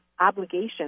obligation